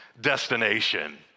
destination